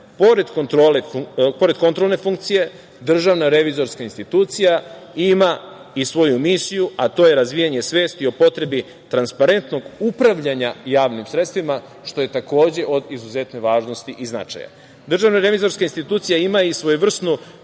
pored kontrolne funkcije, Državna revizorska institucija ima i svoju misiju, a to je razvijanje svesti o potrebi transparentnog upravljanja javnim sredstvima, što je takođe od izuzetne važnosti i značaja. Državna revizorska institucija ima i svojevrsnu